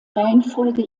reihenfolge